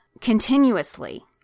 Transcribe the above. continuously